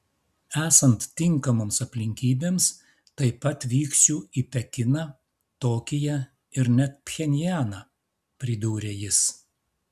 esant tinkamoms aplinkybėms taip pat vyksiu į pekiną tokiją ir net pchenjaną pridūrė jis